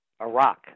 Iraq